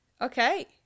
Okay